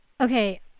okay